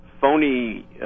phony